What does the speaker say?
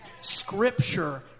Scripture